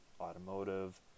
Automotive